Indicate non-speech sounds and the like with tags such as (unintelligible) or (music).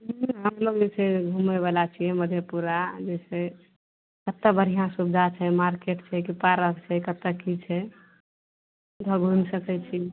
इहाँ मतलब जे छै घुमयवला छियै मधेपुरा जे छै कतऽ बढ़िआँ सुविधा छै मार्केट छै कि पारक छै कतऽ की छै (unintelligible) घुमि सकय छी